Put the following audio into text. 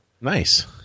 nice